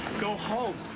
go home.